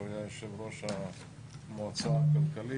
שהוא היה יושב ראש המועצה הכלכלית,